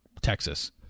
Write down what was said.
Texas